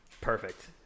Perfect